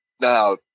now